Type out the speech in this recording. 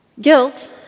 Guilt